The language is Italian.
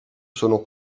sono